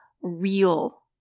Real